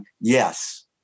yes